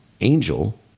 angel